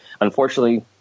Unfortunately